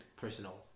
personal